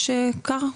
יש כר.